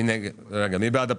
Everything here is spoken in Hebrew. מי נגד?